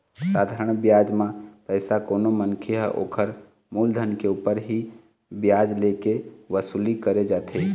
साधारन बियाज म पइसा कोनो मनखे ह ओखर मुलधन के ऊपर ही बियाज ले के वसूली करे जाथे